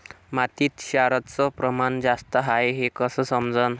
मातीत क्षाराचं प्रमान जास्त हाये हे कस समजन?